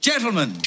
Gentlemen